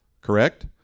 Correct